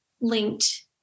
linked